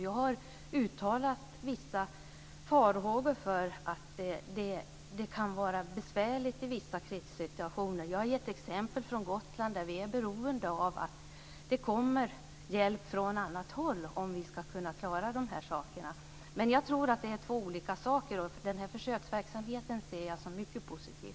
Jag har uttalat vissa farhågor för att det kan vara besvärligt i vissa krissituationer. Jag har gett exempel från Gotland där vi är beroende av att det kommer hjälp från annat håll om vi ska kunna klara de här sakerna. Men jag tror att det är två olika saker. Den här försöksverksamheten ser jag som mycket positiv.